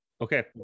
okay